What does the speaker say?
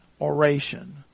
oration